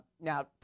Now